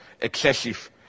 excessive